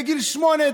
בגיל שמונה,